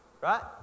right